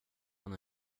den